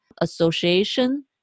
association